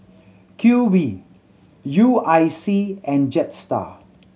Q V U I C and Jetstar